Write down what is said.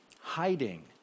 hiding